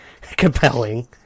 compelling